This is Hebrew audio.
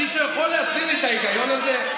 מישהו יכול להסביר לי את ההיגיון הזה?